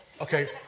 Okay